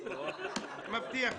מבטיח לך.